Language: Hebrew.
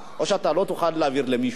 או שאתה לא תוכל להעביר למישהו אחר.